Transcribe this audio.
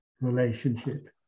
relationship